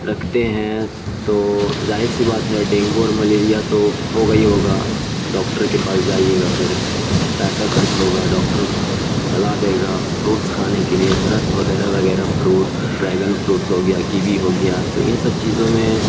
رکھتے ہیں تو ظاہر سی بات ہے ڈینگو اور ملیریا تو ہوگا ہی ہوگا ڈاکٹر کے پاس جائیے گا پھر پیسہ خرچ ہوگا ڈاکٹر صلاح دے گا فروٹس کھانے کے لیے ترت وغیرہ وغیرہ فروٹس ڈریگن فروٹس ہو گیا کیوی ہو گیا تو ان سب چیزوں میں